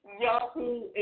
Yahoo